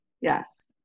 Yes